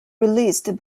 released